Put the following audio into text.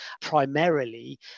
primarily